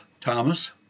Thomas